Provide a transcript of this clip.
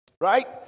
right